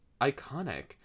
iconic